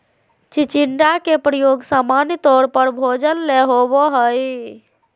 चिचिण्डा के प्रयोग सामान्य तौर पर भोजन ले होबो हइ